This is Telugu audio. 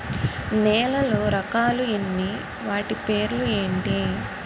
నేలలో రకాలు ఎన్ని వాటి పేర్లు ఏంటి?